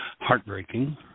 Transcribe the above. heartbreaking